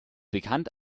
bekannt